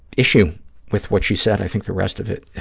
issue with what she said. i think the rest of it,